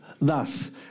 Thus